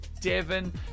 Devon